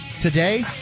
today